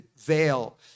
veil